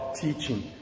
teaching